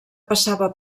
passava